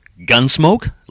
Gunsmoke